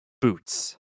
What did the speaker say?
boots